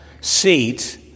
seat